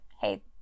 hey